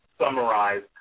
summarize